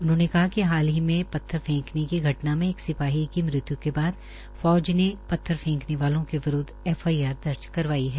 उन्होंनेकहा कि हाल ही पत्थर फैंकने की घटना में एक सिपाही की मृत्यु के बाद फौज ने पत्थर फैंकने वाले के विरूदव एफआईआर दर्ज करवाई है